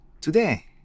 today